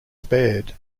spared